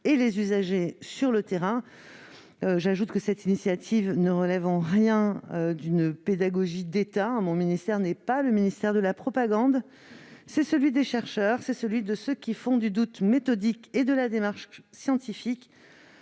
et les usagers sur le terrain. J'ajoute que cette initiative ne relève en rien d'une pédagogie d'État. Mon ministère n'est pas le ministère de la propagande, c'est celui des chercheurs, c'est celui qui fait du doute méthodique et de la démarche scientifique